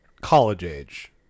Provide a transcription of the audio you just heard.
college-age